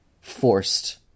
forced